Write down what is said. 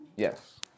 Yes